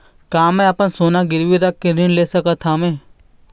का मैं अपन सोना गिरवी रख के ऋण ले सकत हावे?